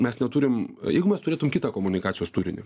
mes neturim jeigu mes turėtum kitą komunikacijos turinį